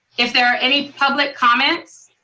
if there are any public comments